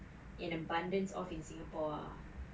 an abundance of in singapore